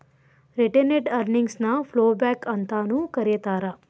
retained earnings ನ ploughback ಅಂತಾನೂ ಕರೇತಾರ